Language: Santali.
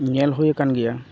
ᱧᱮᱞ ᱦᱩᱭ ᱟᱠᱟᱱ ᱜᱮᱭᱟ